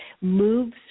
moves